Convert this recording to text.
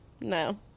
No